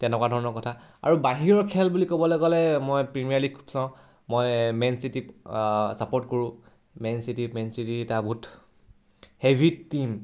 তেনেকুৱা ধৰণৰ কথা আৰু বাহিৰৰ খেল বুলি ক'বলৈ গ'লে মই প্ৰিমিয়াৰ লীগ খুব চাওঁ মই মেন চিটি ছাপৰ্ট কৰোঁ মেন চিটিত মেন চিটি এটা বহুত হেভি টীম